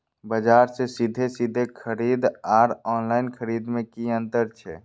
बजार से सीधे सीधे खरीद आर ऑनलाइन खरीद में की अंतर छै?